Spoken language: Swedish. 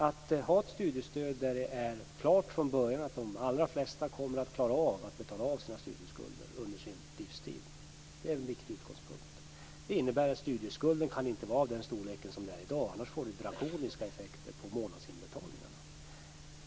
Att ha ett studiestöd där det är klart från början att de allra flesta kommer att klara av att betala av sina studieskulder under sin livstid är en viktig utgångspunkt. Det innebär att studieskulden inte kan vara av den storlek som i dag. Då får det drakoniska effekter på månadsinbetalningarna.